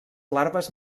larves